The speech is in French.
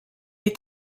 est